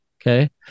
Okay